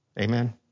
Amen